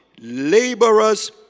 Laborers